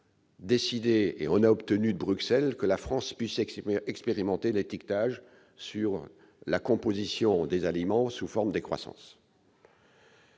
un an, nous avons obtenu de Bruxelles que la France puisse expérimenter l'étiquetage de la composition des aliments sous forme décroissante.